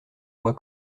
moi